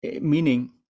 meaning